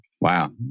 Wow